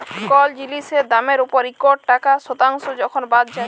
call জিলিসের দামের উপর ইকট টাকা শতাংস যখল বাদ যায়